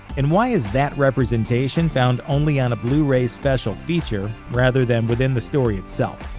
and why is that representation found only on a blu-ray special feature, rather than within the story itself?